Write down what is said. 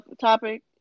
topic